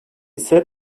ise